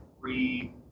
free